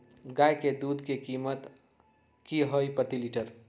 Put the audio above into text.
गाय के दूध के कीमत की हई प्रति लिटर?